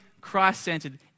Christ-centered